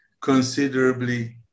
considerably